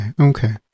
okay